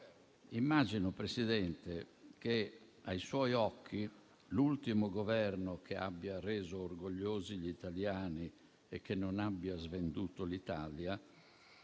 Immagino, Presidente, che ai suoi occhi l'ultimo Governo che ha reso orgogliosi gli italiani e non ha svenduto l'Italia